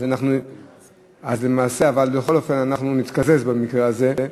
אז למעשה, בכל אופן אנחנו נתקזז במקרה הזה.